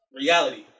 reality